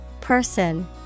Person